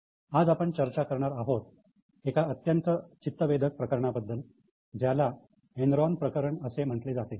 आज आपण चर्चा करणार आहोत एका अत्यंत चित्तवेधक प्रकरणाबद्दल ज्याला एनरॉन प्रकरण असे म्हटले जाते